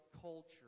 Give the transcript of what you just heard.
culture